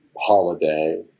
holiday